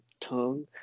tongue